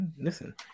Listen